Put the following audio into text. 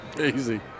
Easy